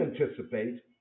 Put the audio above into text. anticipate